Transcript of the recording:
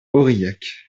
aurillac